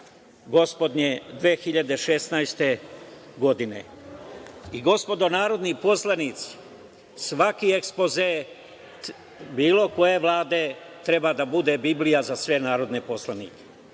gospodnje 2016. godine. I gospodo narodni poslanici, svaki ekspoze bilo koje vlade treba da bude biblija za sve narodne poslanike.